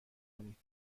کنید